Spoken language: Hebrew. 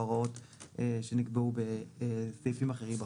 הוראות שנקבעו בסעיפים אחרים בחוק.